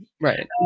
Right